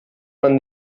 man